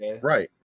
Right